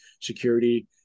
security